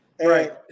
Right